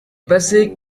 basic